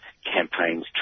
campaigns